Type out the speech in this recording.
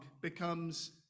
becomes